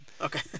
Okay